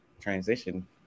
transition